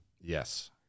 yes